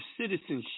Citizenship